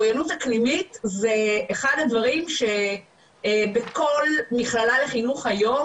זה אחד הדברים שבכל מכללה לחינוך היום